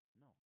No